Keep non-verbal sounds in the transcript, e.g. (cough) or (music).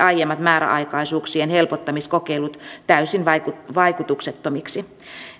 (unintelligible) aiemmat määräaikaisuuksien helpottamiskokeilut täysin vaikutuksettomiksi